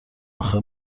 آخه